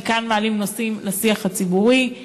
כי כאן מעלים נושאים לשיח הציבורי,